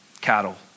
cattle